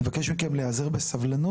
אני מבקש מכם להתאזר בסבלנות.